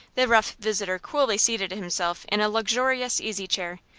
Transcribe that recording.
the rough visitor coolly seated himself in a luxurious easy-chair,